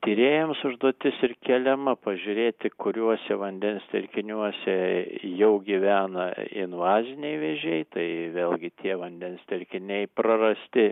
tyrėjams užduotis ir keliama pažiūrėti kuriuose vandens telkiniuose jau gyvena invaziniai vėžiai tai vėlgi tie vandens telkiniai prarasti